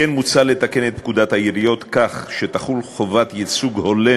כמו כן מוצע לתקן את פקודת העיריות כך שתחול חובת ייצוג הולם